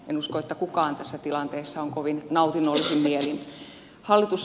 en usko että kukaan tässä tilanteessa on kovin nautinnollisin mielin